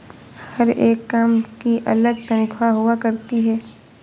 हर एक काम की अलग तन्ख्वाह हुआ करती है